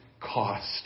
cost